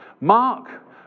Mark